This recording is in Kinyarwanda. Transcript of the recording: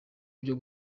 byo